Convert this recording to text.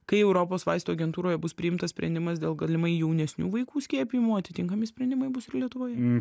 kai europos vaistų agentūroje bus priimtas sprendimas dėl galimai jaunesnių vaikų skiepijimo atitinkami sprendimai bus ir lietuvoje